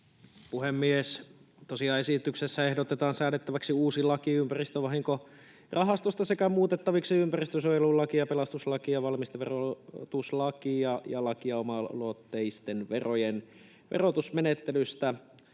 Puhemies! Tosiaan esityksessä ehdotetaan säädettäväksi uusi laki ympäristövahinkorahastosta sekä muutettaviksi ympäristönsuojelulakia, pelastuslakia, valmisteverotuslakia ja lakia oma-aloitteisten verojen verotusmenettelystä.